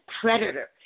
predator